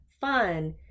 fun